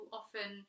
often